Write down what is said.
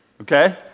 okay